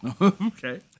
okay